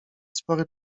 spory